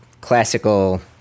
classical